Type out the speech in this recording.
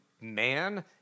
man